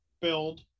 build